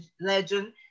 legend